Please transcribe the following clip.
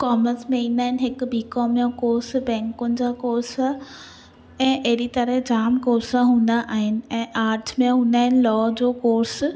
commerce में ईंदा आहिनि जीअं त हिकु बी काम जो कोर्स बैंकुनि जा कोर्स ऐं एडी॒ तरह जाम कोर्स हून्दा आहिनि ऐं आर्टस में हून्दा आहिनि लौ जो कोर्स